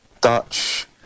Dutch